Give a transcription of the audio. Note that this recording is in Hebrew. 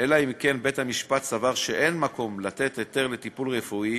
אלא אם כן בית-המשפט סבר שאין מקום לתת היתר לטיפול רפואי